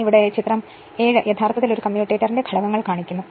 അതിനാൽ ചിത്രം 7 യഥാർത്ഥത്തിൽ ഒരു കമ്മ്യൂട്ടേറ്ററിന്റെ ഘടകങ്ങൾ കാണിക്കുന്നു